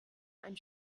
ein